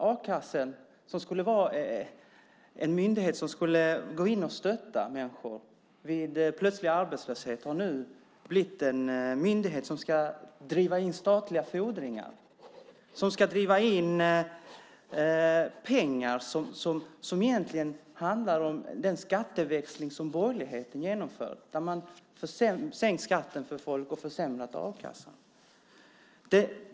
A-kassan, som skulle vara en myndighet som skulle gå in och stödja människor vid plötslig arbetslöshet, har nu blivit en myndighet som ska driva in statliga fordringar, som ska driva in pengar som egentligen har att göra med den skatteväxling som borgerligheten har genomfört då man har sänkt skatten för folk och försämrat a-kassan.